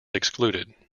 excluded